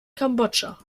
kambodscha